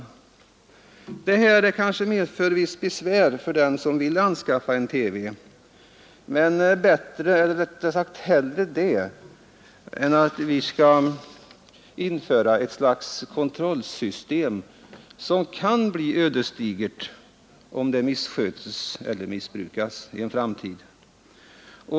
Detta kanske medför visst besvär för den som vill anskaffa en TV, men hellre det än att vi skall införa ett slags kontrollsystem, som kan bli ödesdigert om det misskötes eller missbrukas i en framtid.